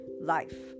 life